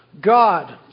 God